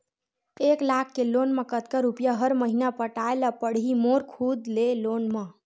एक लाख के लोन मा कतका रुपिया हर महीना पटाय ला पढ़ही मोर खुद ले लोन मा?